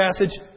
passage